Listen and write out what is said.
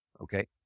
okay